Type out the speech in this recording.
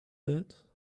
that